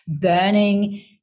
burning